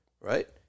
right